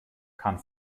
kann